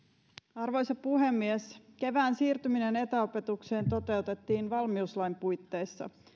arvoisa puhemies kevään siirtyminen etäopetukseen toteutettiin valmiuslain puitteissa